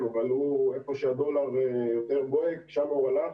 אבל איפה שהדולר יותר בוהק לשם הוא הלך